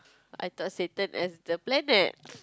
I thought saturn as the planet